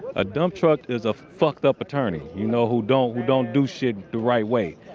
a dump truck is a fucked-up attorney. you know, who don't, who don't do shit the right way.